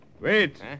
Wait